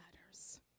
matters